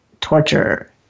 torture